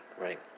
right